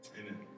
Amen